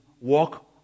walk